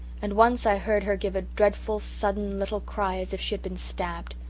and once i heard her give a dreadful sudden little cry as if she had been stabbed.